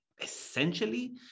Essentially